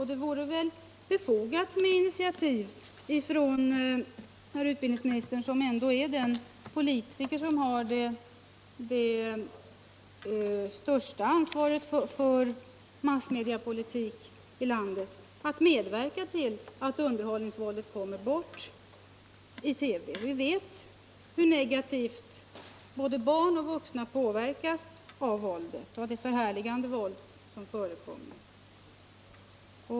Och det vore väl befogat att herr utbildningsministern, som ändå är den politiker som har det största ansvaret för massmediepolitiken i landet, tog något initiativ för att få bort underhållningsvåldet i TV. Vi vet ju hur negativt både barn och vuxna påverkas av det våldsförhärligande som förekommer.